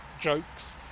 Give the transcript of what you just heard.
jokes